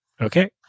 Okay